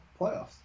playoffs